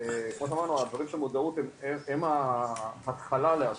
כמו שאמרנו הדברים של מודעות הם התחלה להכול,